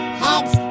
heads